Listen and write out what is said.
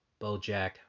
BoJack